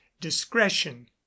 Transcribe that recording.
discretion